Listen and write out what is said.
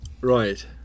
Right